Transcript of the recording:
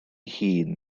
hun